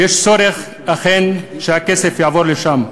ויש צורך אכן שהכסף יעבור לשם,